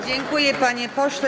Dziękuję, panie pośle.